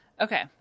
Okay